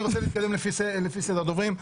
נתקדם לפי סדר הדוברים.